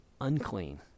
unclean